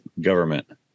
government